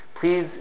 Please